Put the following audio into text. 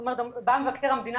זאת אומרת בא מבקר המדינה